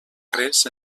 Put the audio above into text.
res